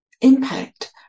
impact